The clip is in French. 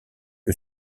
que